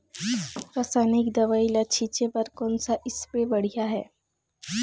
रासायनिक दवई ला छिचे बर कोन से स्प्रे बढ़िया हे?